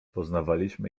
poznawaliśmy